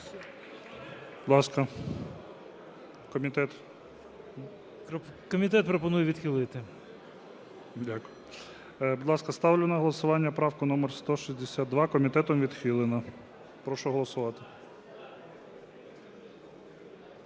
БАБЕНКО М.В. Комітет пропонує відхилити. ГОЛОВУЮЧИЙ. Дякую. Будь ласка, ставлю на голосування правку номер 162. Комітетом відхилено. Прошу голосувати.